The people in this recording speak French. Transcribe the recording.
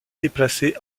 déplacé